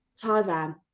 tarzan